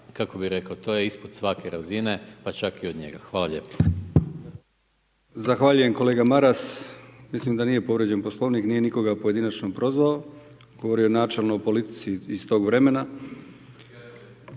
kako bih rekao to je ispod svake razine, pa čak i od njega. Hvala lijepo. **Brkić, Milijan (HDZ)** Zahvaljujem kolega Maras. Mislim da nije povrijeđen Poslovnik, nije nikoga pojedinačno prozvao, govorio je načelno o politici iz tog vremena.